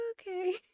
Okay